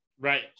right